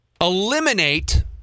eliminate